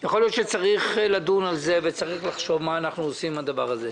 יכול להיות שצריך לדון על זה וצריך לחשוב מה אנחנו עושים עם הדבר הזה.